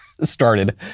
started